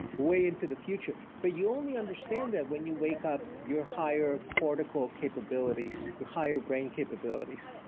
way into the future. but you only understand that when you wake up your higher cortical capabilities. you higher brain capabilities,